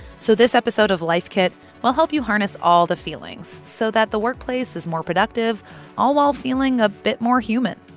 so this episode of life kit will help you harness all the feelings so that the workplace is more productive all while feeling a bit more human